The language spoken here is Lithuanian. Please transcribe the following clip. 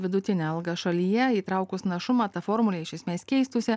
vidutinę algą šalyje įtraukus našumą ta formulė iš esmės keistųsi